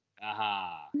Aha